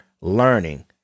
learning